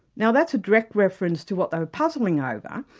now that's a direct reference to what they were puzzling over,